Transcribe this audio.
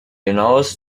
hinaus